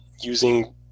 using